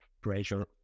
pressure